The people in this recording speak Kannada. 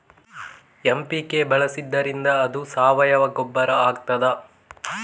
ಎಂ.ಪಿ.ಕೆ ಬಳಸಿದ್ದರಿಂದ ಅದು ಸಾವಯವ ಗೊಬ್ಬರ ಆಗ್ತದ?